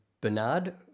Bernard